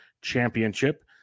championship